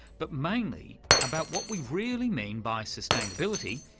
but mainly about what we really mean by sustainability,